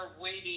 waiting